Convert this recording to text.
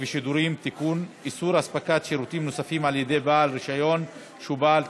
47, אין מתנגדים, אין נמנעים.